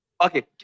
Okay